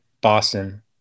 Boston